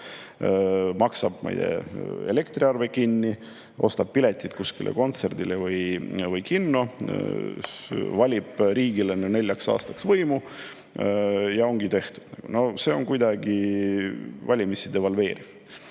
maksab elektriarve kinni, ostab pileteid kontserdile või kinno, valib riigile neljaks aastaks võimu, ja ongi tehtud. See on kuidagi valimisi devalveeriv.